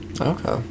Okay